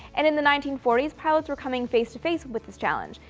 and in the nineteen forty s, pilots were coming face to face with this challenge.